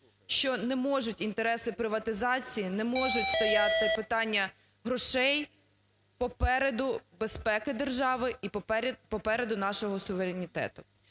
що не можуть інтереси приватизації, не можуть стояти питання грошей попереду безпеки держави і попереду нашого суверенітету.